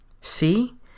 See